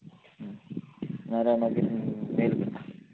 नाल्यार मागीर मॅल करतां